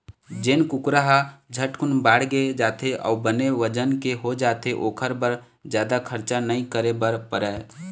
जेन कुकरा ह झटकुन बाड़गे जाथे अउ बने बजन के हो जाथे ओखर बर जादा खरचा नइ करे बर परय